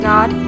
God